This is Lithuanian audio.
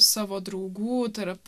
savo draugų tarp